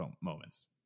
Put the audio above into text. moments